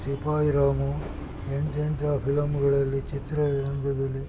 ಸಿಪಾಯಿ ರಾಮು ಎಂಥೆಂಥ ಫಿಲಮ್ಗಳಲ್ಲಿ ಚಿತ್ರ ರಂಗದಲ್ಲಿ